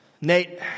Nate